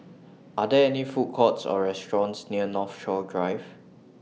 Are There any Food Courts Or restaurants near Northshore Drive